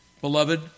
Beloved